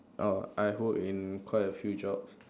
oh I work in quite a few jobs